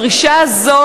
הדרישה הזאת,